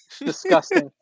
Disgusting